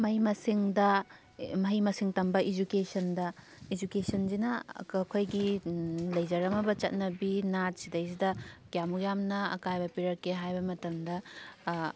ꯃꯍꯩ ꯃꯁꯤꯡꯗ ꯃꯍꯩ ꯃꯁꯤꯡ ꯇꯝꯕ ꯏꯖꯨꯀꯦꯁꯟꯗ ꯏꯖꯨꯀꯦꯁꯟꯖꯤꯅ ꯑꯩꯈꯣꯏꯒꯤ ꯂꯩꯖꯔꯝꯃꯕ ꯆꯠꯅꯕꯤ ꯅꯥꯠ ꯁꯤꯗꯩꯁꯤꯗ ꯀꯌꯥꯝꯃꯨꯛ ꯌꯥꯝꯅ ꯑꯀꯥꯏꯕ ꯄꯤꯔꯛꯀꯦ ꯍꯥꯏꯕ ꯃꯇꯝꯗ